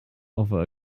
over